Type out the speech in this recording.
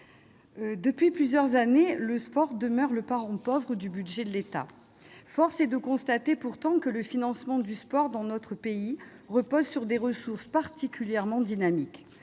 depuis plusieurs années, le sport demeure le parent pauvre du budget de l'État. Force est pourtant de constater que le financement du sport dans notre pays repose sur des ressources particulièrement dynamiques.